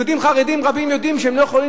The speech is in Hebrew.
יהודים חרדים רבים יודעים שהם לא יכולים